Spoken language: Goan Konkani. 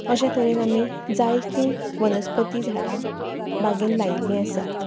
अशे तरेन आमी जायती वनस्पती झाडां बागेन लायिल्लीं आसात